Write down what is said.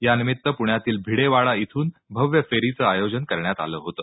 यानिमित्त प्ण्यातील भिडे वाडा इथून भव्य फेरीचं आयोजन करण्यात आलं होतं